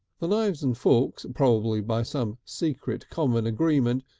the knives and forks, probably by some secret common agreement,